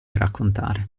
raccontare